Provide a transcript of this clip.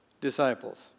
disciples